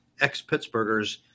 ex-Pittsburghers